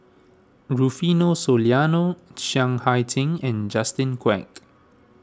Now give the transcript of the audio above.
Rufino Soliano Chiang Hai Ding and Justin Quek